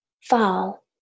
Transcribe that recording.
fall